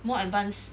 more advanced